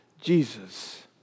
Jesus